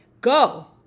go